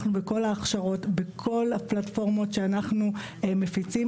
אנחנו בכל ההכשרות ובכל הפלטפורמות שאנחנו מפיצים,